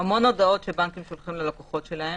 המון הודעות שבנקים שולחים ללקוחות שלהם.